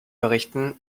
berichten